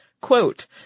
Quote